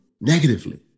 negatively